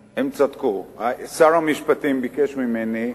שר המשפטים ביקש ממני,